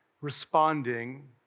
responding